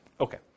Okay